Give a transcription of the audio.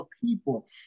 people